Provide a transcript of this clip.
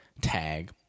tag